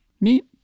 neat